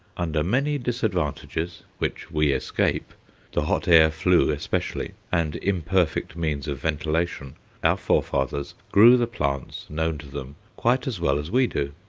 under many disadvantages which we escape the hot-air flue especially, and imperfect means of ventilation our fore-fathers grew the plants known to them quite as well as we do.